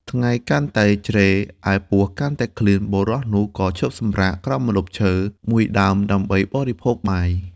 ថ្ងៃកាន់តែជ្រេ ឯពោះ កាន់តែឃ្លាន បុរសនោះក៏ឈប់សំរាកក្រោមម្លប់ឈើ មួយដើមដើម្បីបរិភោគបាយ ។